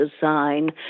design